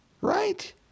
right